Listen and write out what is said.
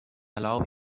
allow